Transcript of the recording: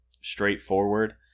straightforward